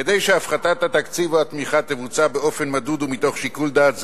כדי שהפחתת התקציב או התמיכה תבוצע באופן מדוד ומתוך שיקול דעת זהיר,